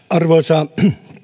arvoisa